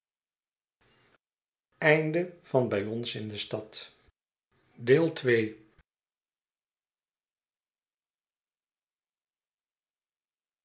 bij ons in de stad